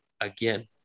again